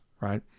right